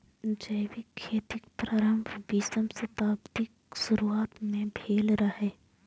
जैविक खेतीक प्रारंभ बीसम शताब्दीक शुरुआत मे भेल रहै